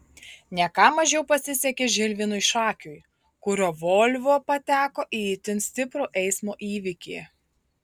ne ką mažiau pasisekė žilvinui šakiui kurio volvo pateko į itin stiprų eismo įvykį